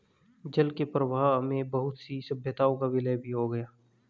जल के प्रवाह में बहुत सी सभ्यताओं का विलय भी हो गया